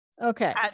Okay